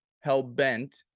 hell-bent